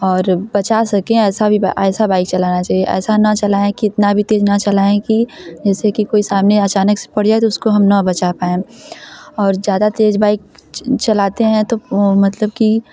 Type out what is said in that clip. और बचा सके ऐसा बि ऐसा बाइक चलाना चाहिए ऐसा ना चलाएँ कितना भी तेज ना चलाएँ की जैसे की कोई सामने अचानक से पड़ जाए तो उसको हम ना बचा पाए और ज़्यादा तेज़ बाइक चलाते हैं तो मतलब की